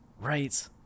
Right